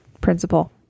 principle